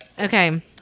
okay